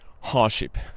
hardship